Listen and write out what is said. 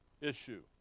issue